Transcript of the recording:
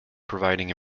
providing